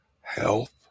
health